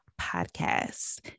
podcasts